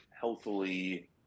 healthily